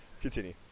Continue